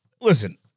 listen